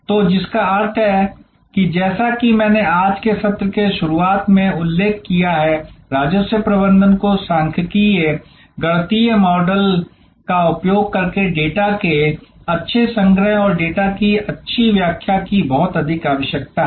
तो जिसका अर्थ है कि जैसा कि मैंने आज के सत्र की शुरुआत में उल्लेख किया है राजस्व प्रबंधन को सांख्यिकीय गणितीय मॉडल का उपयोग करके डेटा के अच्छे संग्रह और डेटा की अच्छी व्याख्या की बहुत आवश्यकता है